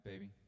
Baby